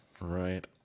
Right